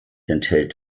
enthält